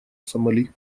сомали